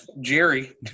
Jerry